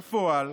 בפועל,